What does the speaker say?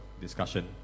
discussion